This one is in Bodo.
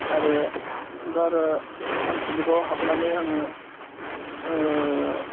आरो दा आरो आनसलिकआव हाबनानै आङो